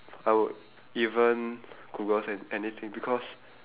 I would even Google an~ anything because